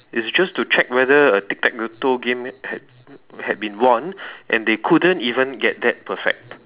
it's just to check whether a tic tac toe game had had been won and they couldn't even get that perfect